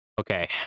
Okay